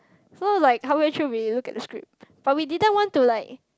so like halfway through we look at the script but we didn't want to like